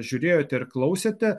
žiūrėjote ir klausėte